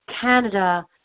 Canada